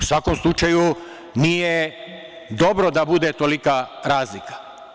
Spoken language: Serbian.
U svakom slučaju, nije dobro da bude tolika razlika.